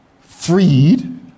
freed